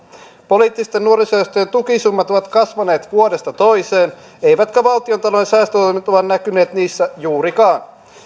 poliittisten nuorisojärjestöjen tukisummat ovat kasvaneet vuodesta toiseen eivätkä valtiontalouden säästöohjelmat ole näkyneet niissä juurikaan